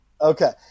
Okay